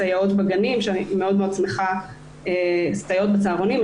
בסייעות בגנים ובסייעות בצהרונים.